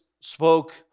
spoke